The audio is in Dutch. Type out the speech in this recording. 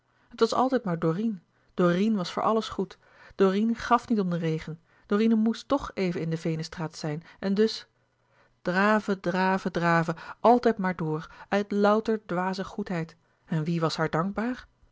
het was altijd maar dorine dorine was voor alles goed dorine gaf niet om den regen dorine moest tch even in de veenestraat zijn en dus louis couperus de boeken der kleine zielen draven draven draven altijd maar door uit louter dwaze goedheid en wie was haar dankbaar